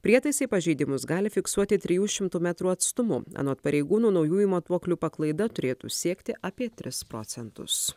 prietaisai pažeidimus gali fiksuoti trijų šimtų metrų atstumu anot pareigūnų naujųjų matuoklių paklaida turėtų siekti apie tris procentus